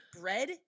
bread